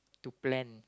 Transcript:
to plan